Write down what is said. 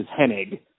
Hennig